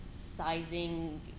sizing